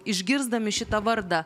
išgirsdami šitą vardą